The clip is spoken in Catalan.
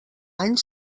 any